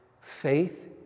Faith